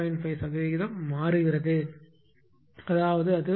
5 சதவிகிதம் மாறுகிறது அதாவது அது 1